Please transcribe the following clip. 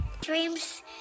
dreams